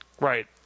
Right